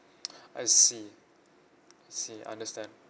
I see I see understand